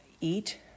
eat